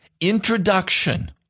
introduction